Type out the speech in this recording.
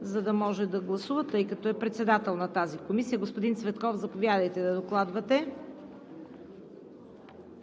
за да може да гласува, тъй като е председател на тази комисия. Господин Цветков, заповядайте да докладвате.